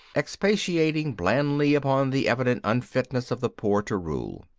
expatiating blandly upon the evident unfitness of the poor to rule.